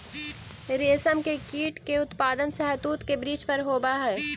रेशम के कीट के उत्पादन शहतूत के वृक्ष पर होवऽ हई